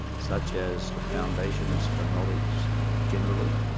such as the foundations for knowledge generally.